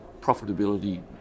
profitability